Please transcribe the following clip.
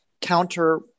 counter